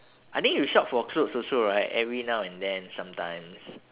I think you shop for clothes also right every now and then sometimes